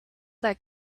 that